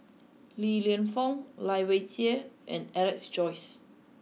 li Lienfung Lai Weijie and Alex Josey